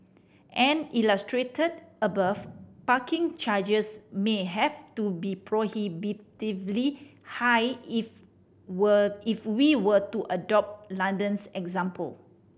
and illustrated above parking charges may have to be prohibitively high if were if we were to adopt London's example